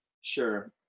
Sure